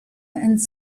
and